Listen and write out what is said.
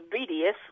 BDS